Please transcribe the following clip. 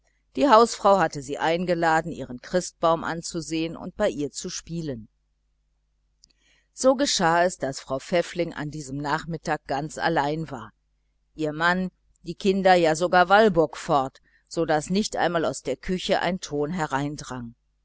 die hausfrau hatte sie eingeladen ihren christbaum anzusehen und bei ihr zu spielen so geschah es daß frau pfäffling an diesem nachmittag ganz allein war ihr mann die kinder ja sogar walburg fort so daß nicht einmal aus der küche ein ton